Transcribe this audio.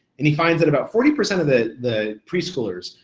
and he finds that about forty percent of the the preschoolers,